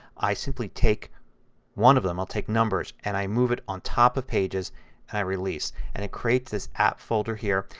i simply take one of the them, i'll take numbers, and i move it on top of pages and i release. and it creates this app folder here.